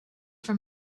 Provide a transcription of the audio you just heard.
for